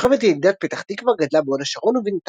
יוכבד ילידת פתח תקווה, גדלה בהוד השרון ובנתניה.